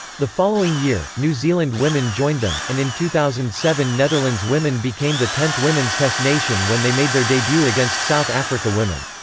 the following year, new zealand women joined them, and in two thousand and seven netherlands women became the tenth women's test nation when they made their debut against south africa women.